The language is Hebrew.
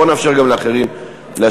בוא נאפשר גם לאחרים להשמיע.